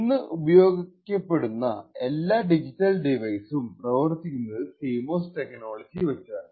ഇന്ന് ഉപയോഗിപ്പെടുന്ന എല്ലാ ഡിജിറ്റൽ ഡിവൈസും പ്രവർത്തിക്കുന്നത് CMOS ടെക്നോളജി വച്ചാണ്